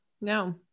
no